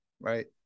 right